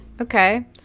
okay